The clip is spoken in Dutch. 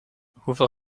hoeveel